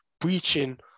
breaching